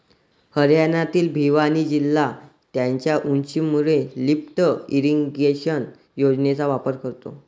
हरियाणातील भिवानी जिल्हा त्याच्या उंचीमुळे लिफ्ट इरिगेशन योजनेचा वापर करतो